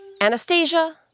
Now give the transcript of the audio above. Anastasia